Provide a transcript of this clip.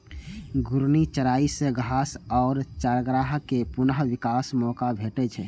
घूर्णी चराइ सं घास आ चारागाह कें पुनः विकास के मौका भेटै छै